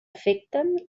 afecten